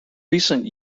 recent